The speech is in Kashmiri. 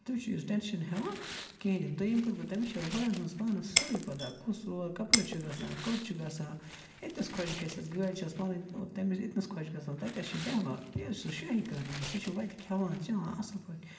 تٔمِس چھُ یہِ ٹٮ۪نشَن ہٮ۪وان کِہیٖنۍ تہِ نہٕ دٔیِم کتھ گوٚو تٔمِس چھِ روڈَن ہٕنٛز پانَس سٲرٕے پَتہ کُس روڈ کَپٲرۍ چھُ گژھان کوٚت چھُ گژھان ییٚتہِ نَس خوش گژھٮ۪س گٲڑۍ چھَس پَنٕنۍ تٔمِس ییٚتہِ نَس خوش گژھان تَتہِ تھَس چھِ بیٚہوان بیٚیہِ حظ چھُ سُہ شٲہی کَرناوان سُہ چھُ وَتہِ کھٮ۪وان چٮ۪وان اَصٕل پٲٹھۍ